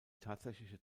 tatsächliche